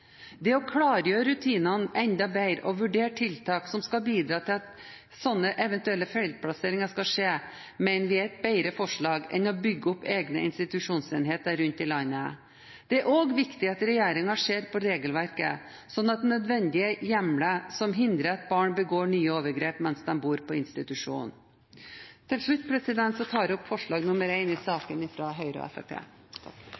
Det å klargjøre rutinene enda bedre og vurdere tiltak for å hindre at slike feilplasseringer skal skje, mener vi er et bedre forslag enn å bygge opp egne institusjonsenheter rundt i landet. Det er også viktig at regjeringen ser på regelverket for å sikre nødvendige hjemler som hindrer at barna begår nye overgrep mens de bor på institusjon. Til slutt tar jeg opp forslag